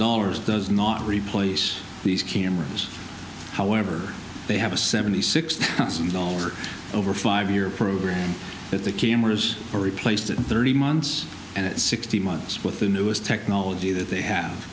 dollars does not replace these cameras however they have a seventy six thousand dollars over five year program that the cameras are replaced in thirty months and it's sixty months with the newest technology that they have